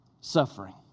suffering